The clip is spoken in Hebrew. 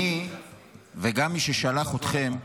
אני וגם מי ששלח אתכם,